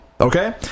okay